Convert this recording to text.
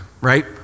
right